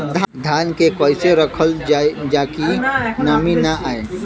धान के कइसे रखल जाकि नमी न आए?